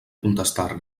contestar